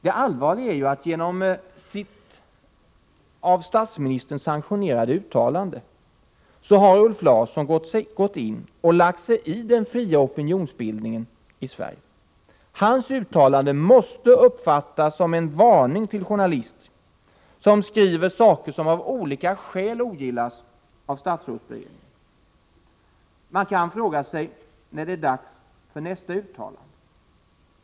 Det allvarliga är ju att genom sitt av statsministern sanktionerade uttalande har Ulf Larsson lagt sig i den fria opinionsbildningen i Sverige. Hans uttalande måste uppfattas som en varning till journalister som skriver saker som av olika skäl ogillas av statsrådsberedningen. Frågan är när det är dags för nästa uttalande.